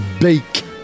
beak